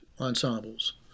ensembles